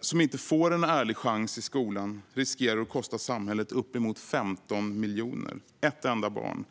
som inte får en ärlig chans i skolan, riskerar att kosta samhället uppemot 15 miljoner - ett enda barn.